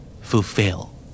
Fulfill